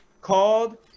called